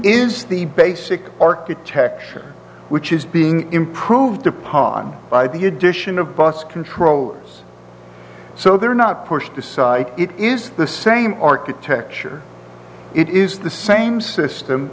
is the basic architecture which is being improved upon by the addition of bus controllers so they're not pushed aside it is the same architecture it is the same system